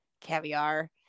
caviar